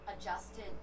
adjusted